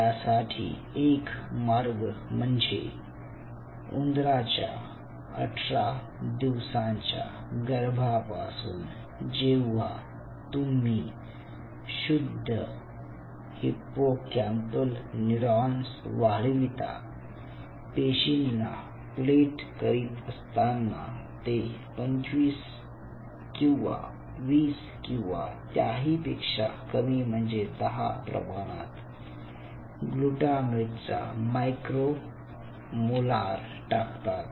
यासाठी एक मार्ग म्हणजे उंदराच्या अठरा दिवसांच्या गर्भापासून जेव्हा तुम्ही शुद्ध हिप्पोकॅम्पल न्यूरॉन्स वाढविता पेशींना प्लेट करीत असताना ते 25 किंवा 20 किंवा त्याही पेक्षा कमी म्हणजे 10 प्रमाणात ग्लूटामेटचा मायक्रो मोलार टाकतात